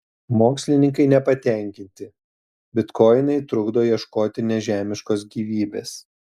mokslininkai nepatenkinti bitkoinai trukdo ieškoti nežemiškos gyvybės